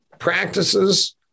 practices